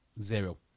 Zero